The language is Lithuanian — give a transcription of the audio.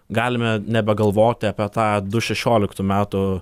galime nebegalvoti apie tą du šešioliktų metų